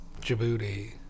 Djibouti